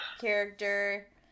character